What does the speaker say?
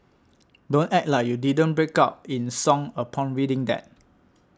don't act like you didn't break out in song upon reading that